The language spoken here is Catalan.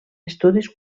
estudis